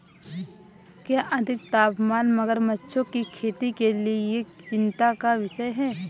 क्या अधिक तापमान मगरमच्छों की खेती के लिए चिंता का विषय है?